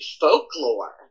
folklore